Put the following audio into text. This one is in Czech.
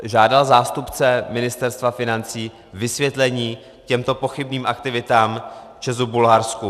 Žádal zástupce Ministerstva financí vysvětlení k těmto pochybným aktivitám ČEZu v Bulharsku?